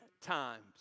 times